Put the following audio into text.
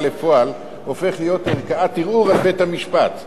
לפועל הופך להיות ערכאת ערעור על בית-המשפט.